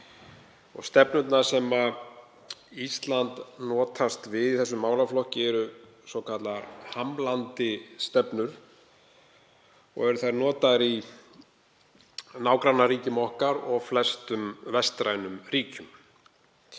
Stefnurnar sem Ísland notast við í þessum málaflokki eru svokallaðar hamlandi stefnur. Eru þær notaðar í nágrannaríkjum okkar og flestum vestrænum ríkjum.